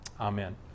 Amen